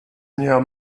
near